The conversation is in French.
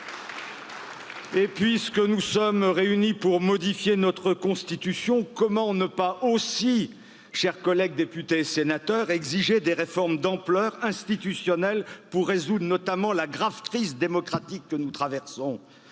et puisque nous sommes réunis pour modifier notre constitution comment ne pas aussi chers collègues députés et sénateurs exiger des réformes d'ampleur institutionnelle pour résoudre notamment la démocratique que nous traversons